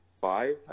five